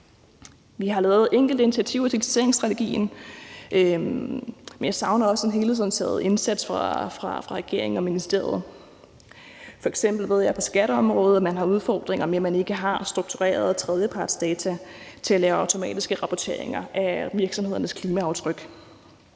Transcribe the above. Vi har lavet enkelte initiativer i digitaliseringsstrategien, men jeg savner også en helhedsorienteret indsats fra regeringen og ministeriet. F.eks. ved jeg, at man på skatteområdet har udfordringer med, at man ikke har strukturerede tredjepartsdata til at lave automatiske rapporteringer af virksomhedernes klimaaftryk,